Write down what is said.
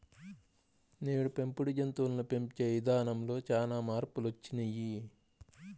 నేడు పెంపుడు జంతువులను పెంచే ఇదానంలో చానా మార్పులొచ్చినియ్యి